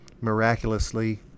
Miraculously